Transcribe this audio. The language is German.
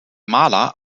maler